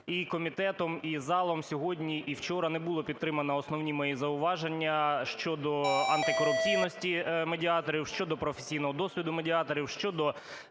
і комітетом, і залом сьогодні, і вчора не було підтримано основні мої зауваження щодо антикорупційності медіаторів, щодо професійного досвіду медіаторів, щодо